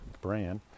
brand